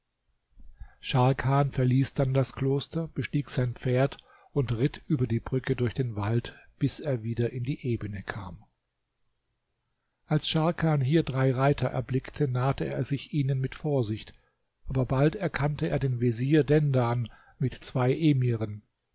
scharkan verließ dann das kloster bestieg sein pferd und ritt über die brücke durch den wald bis er wieder in die ebene kam als scharkan hier drei reiter erblickte nahte er sich ihnen mit vorsicht aber bald erkannte er den vezier dendan mit zwei emiren